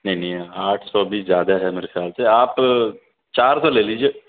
نہیں نہیں آٹھ سو بھی زیادہ ہے میرے خیال سے آپ چار سو لے لیجیے